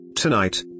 Tonight